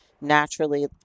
naturally